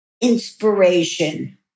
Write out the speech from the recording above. inspiration